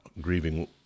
Grieving